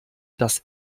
dass